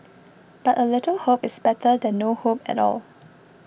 but a little hope is better than no hope at all